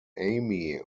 amy